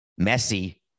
Messi